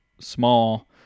small